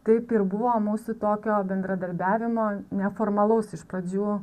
taip ir buvo mūsų tokio bendradarbiavimo neformalaus iš pradžių